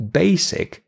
basic